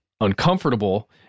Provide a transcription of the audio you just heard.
uncomfortable